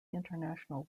international